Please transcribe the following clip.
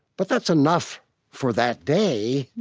but that's enough for that day,